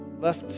Left